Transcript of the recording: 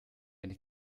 eine